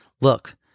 Look